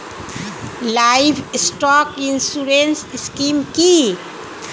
Livestock insurance scheme কি?